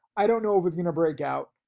i don't know if it's gonna break out.